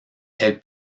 elle